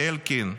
אלקין?